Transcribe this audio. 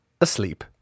asleep